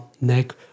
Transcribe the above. neck